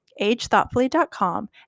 agethoughtfully.com